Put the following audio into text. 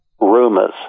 rumors